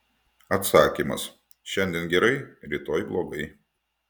atsakymas šiandien gerai rytoj blogai